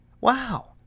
Wow